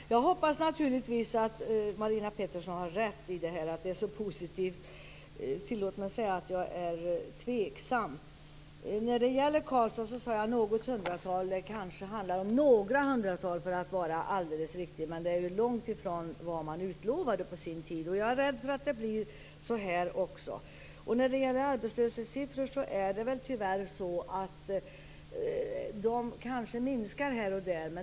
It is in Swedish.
Fru talman! Jag hoppas naturligtvis att Marina Pettersson har rätt. Tillåt mig säga att jag är tveksam. Jag sade något hundratal i fråga om Karlstad. Det kanske handlar om några hundratal för att vara alldeles riktig. Det är långt ifrån vad som utlovades på sin tid. Jag är rädd för att det blir så även här. Arbetslöshetssiffror kanske minskar här och där.